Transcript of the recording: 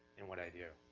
in what i do.